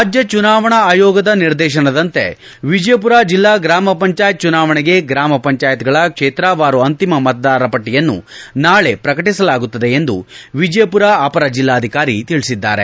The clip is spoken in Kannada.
ರಾಜ್ಞ ಚುನಾವಣಾ ಆಯೋಗದ ನಿರ್ದೇಶನದಂತೆ ವಿಜಯಪುರ ಜಿಲ್ಲಾ ಗ್ರಾಮ ಪಂಚಾಯತ್ ಚುನಾವಣೆಗೆ ಗ್ರಮ ಪಂಚಾಯತ್ಗಳ ಕ್ಷೇತ್ರವಾರು ಅಂತಿಮ ಮತದಾರರ ಪಟ್ಲಿಯನ್ನು ನಾಳೆ ಪ್ರಕಟಿಸಲಾಗುತ್ತದೆ ಎಂದು ವಿಜಯಪುರ ಅಪರ ಜಿಲ್ಲಾಧಿಕಾರಿ ತಿಳಿಸಿದ್ದಾರೆ